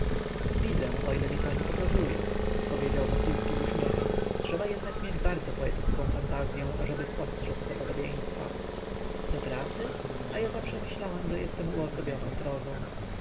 widzę o ile mi pani pokazuje odpowiedział wokulski z uśmiechem trzeba jednak mieć bardzo poetycką fantazyą ażeby spostrzedz te podobieństwa doprawdy a ja zawsze myślałam że jestem uosobioną prozą